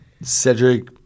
Cedric